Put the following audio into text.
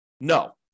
No